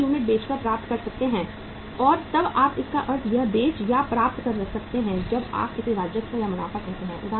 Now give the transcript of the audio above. प्रति यूनिट बेचकर प्राप्त कर सकते हैं और तब आप इसका अर्थ यह बेच या प्राप्त कर सकते हैं जब आप इसे राजस्व या मुनाफा कहते हैं